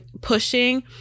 pushing